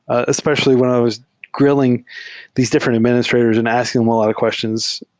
especially when i was gr illing these different administrators and asking them a lot of questions,